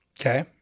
Okay